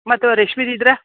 ಮತ್ತು ರೇಶ್ಮಿದು ಇದ್ರೆ